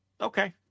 okay